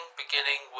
beginning